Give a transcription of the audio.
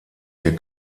hier